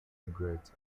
cigarette